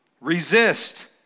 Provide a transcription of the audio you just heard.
Resist